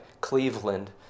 Cleveland